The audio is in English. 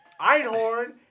Einhorn